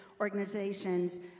organizations